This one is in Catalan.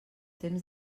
temps